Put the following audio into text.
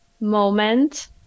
moment